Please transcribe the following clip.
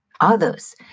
others